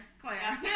Claire